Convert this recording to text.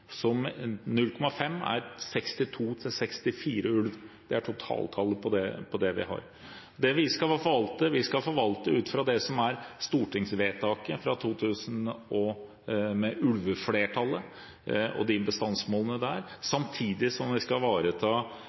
som 0,5, er 62–64 ulv det totale tallet vi har. Vi skal forvalte ut fra stortingsvedtaket, flertallets ulvevedtak og bestandsmålene, samtidig som vi skal ivareta